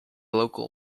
local